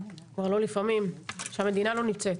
כבר לא לפעמים, שהמדינה לא נמצאת.